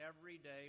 everyday